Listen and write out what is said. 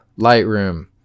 Lightroom